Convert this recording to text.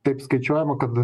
taip skaičiuojama kad